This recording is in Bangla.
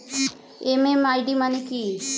এম.এম.আই.ডি মানে কি?